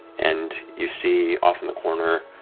and you see, off in the corner,